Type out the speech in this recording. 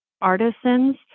artisans